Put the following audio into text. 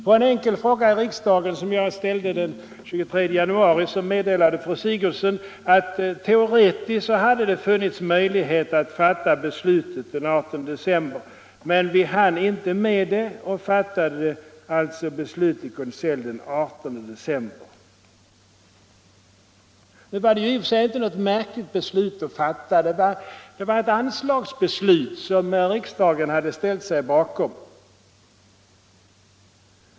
På en enkel fråga, som jag ställde i riksdagen den 23 januari, meddelade fru Sigurdsen att det ”teoretiskt hade funnits möjlighet att fatta beslut den 18 december. Men regeringen hann inte och fattade alltså beslutet i konselj den 30 december.” Det var i och för sig inte något märkligt beslut att fatta. Det gällde ett anslag, som riksdagen hade ställt sig bakom.